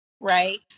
Right